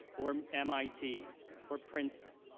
or mit or princeton.